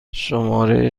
شماره